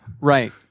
Right